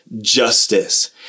justice